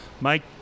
Mike